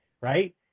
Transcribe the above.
right